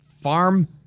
farm